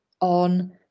on